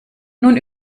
nun